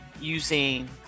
using